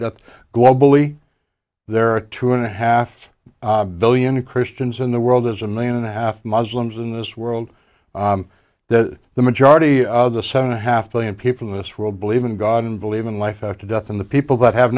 death globally there are two and a half billion christians in the world is a million and a half muslims in this world that the majority of the seven a half million people in this world believe in god and believe in life after death and the people that have